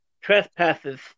trespasses